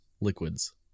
Liquids